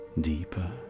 deeper